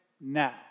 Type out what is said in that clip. now